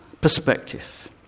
Perspective